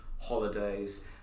holidays